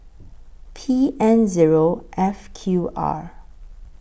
P N Zero F Q R